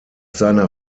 seiner